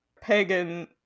pagan